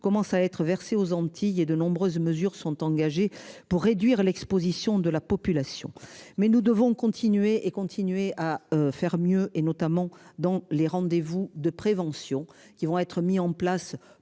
commencent à être versées aux Antilles et de nombreuses mesures sont engagés pour réduire l'Exposition de la population mais nous devons continuer et continuer à faire mieux et notamment dans les rendez-vous de prévention qui vont être mis en place